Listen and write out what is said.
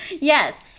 Yes